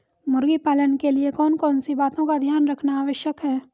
मुर्गी पालन के लिए कौन कौन सी बातों का ध्यान रखना आवश्यक है?